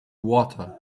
water